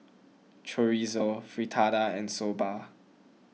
Chorizo Fritada and Soba